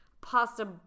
pasta